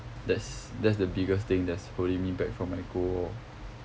that's that's the biggest thing that's holding me back from my goal lor